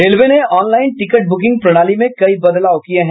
railway ने online ticket booking प्रणाली में कई बदलाव किये हैं